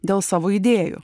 dėl savo idėjų